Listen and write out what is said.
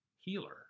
healer